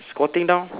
squatting down